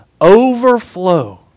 overflow